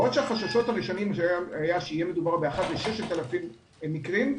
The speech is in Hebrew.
בעוד שהחששות הראשונים היו שיהיה מדובר באחד ל-6,000 מקרים,